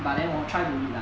but then 我 try to read lah